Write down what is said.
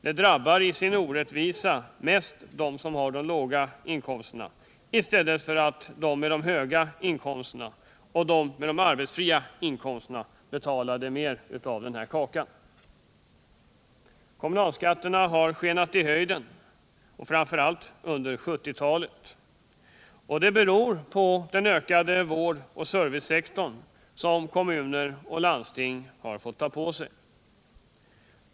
De drabbar i sin orättvisa mest dem som har låga inkomster, medan förhållandet borde vara det omvända så att de med höga inkomster och de med arbetsfria inkomster betalar mer. Kommunalskatterna har skenat i höjden framför allt under 1970-talet, och det beror på den ökning inom vårdoch servicesektorn som kommuner och landsting har fått ta på sig.